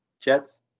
Jets